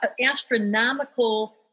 astronomical